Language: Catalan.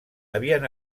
havien